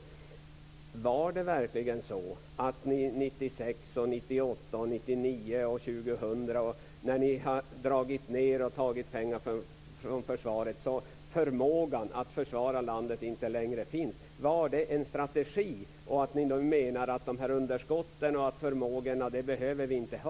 Nu har ni dragit ned och tagit pengar från försvaret 1996, 1998, 1999 och 2000 så att förmågan att försvara landet inte längre finns. Var det en strategi? Menar ni att vi inte behöver ha de här förmågorna?